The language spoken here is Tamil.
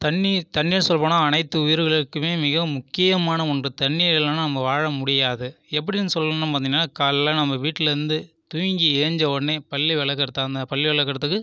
தண்ணிர் தண்ணிர் சொல்லப் போனால் அனைத்து உயிர்களுக்குமே மிகவும் முக்கியமான ஒன்று தண்ணி இல்லைனா நம்ம வாழ முடியாது எப்படின்னு சொல்லணும் பார்த்தீங்கன்னா காலைல நம்ம வீட்டில் இருந்து தூங்கி ஏஞ்ச உடனே பல் விளக்கிறதா இருந்தால் பல் விளக்குகிறதுக்கு